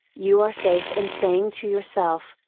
you are safe in saying to yourself,